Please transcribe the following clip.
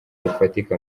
rufatika